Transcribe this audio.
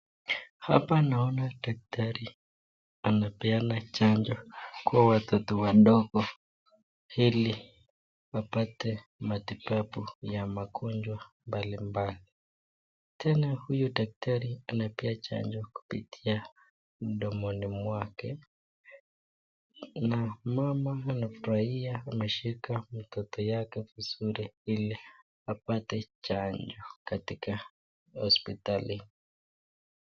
Hapa naona daktari anapeana chanjo kwa watoto wadogo ili wapate matibabu ya magonjwa mbali mbali. Tena huyu daktari anapea chanjo kupitia mdomoni mwake na mama anafurahia ameshika mtoto yake vizuri ili apate chanjo katika hospitali